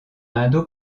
indo